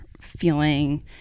feeling